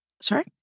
Sorry